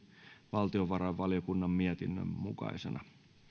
valtiovarainvaliokunnan mietinnön mukaisena